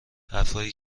حرفهایی